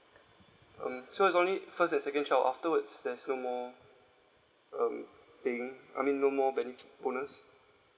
um so it's only first and second child afterwards there's no more um paying I mean no more bonus